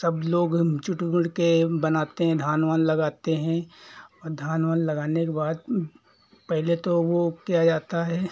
सब लोग हम जुट वुड़ के बनाते हैं धान वान लगाते हैं और धान वान लगाने के बाद पहले तो वो किया जाता है